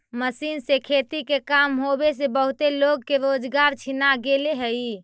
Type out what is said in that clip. machine से खेती के काम होवे से बहुते लोग के रोजगार छिना गेले हई